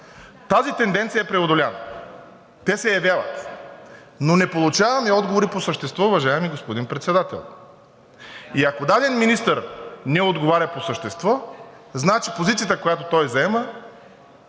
Тази тенденция е преодоляна. Те се явяват, но не получаваме отговори по същество, уважаеми господин Председател. И ако даден министър не отговаря по същество, значи позицията, която той заема,